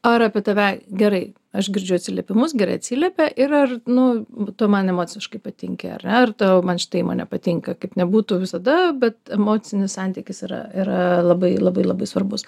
ar apie tave gerai aš girdžiu atsiliepimus gerai atsiliepia ir ar nu va tu man emociškai patinki ar ne ar ta man šita įmonė patinka kaip nebūtų visada bet emocinis santykis yra yra labai labai labai svarbus